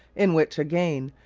in which, again,